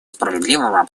справедливого